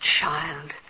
child